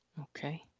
Okay